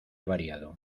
variado